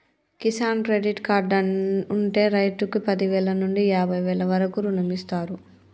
Kisan credit card ఉంటె రైతుకు పదివేల నుండి యాభై వేల వరకు రుణమిస్తారు